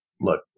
look